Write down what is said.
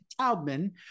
Taubman